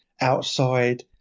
outside